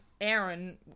aaron